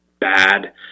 bad